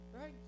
right